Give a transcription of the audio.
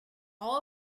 all